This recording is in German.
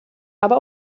aber